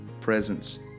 presence